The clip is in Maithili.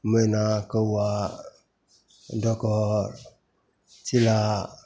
मैना कौआ डोकहर सिला